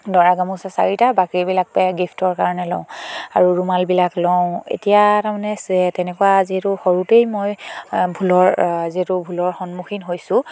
দৰা গামোচে চাৰিটা বাকীবিলাকে গিফ্টৰ কাৰণে লওঁ আৰু ৰুমালবিলাক লওঁ এতিয়া তাৰমানে তেনেকুৱা যিহেতু সৰুতেই মই ভুলৰ যিহেতু ভুলৰ সন্মুখীন হৈছোঁ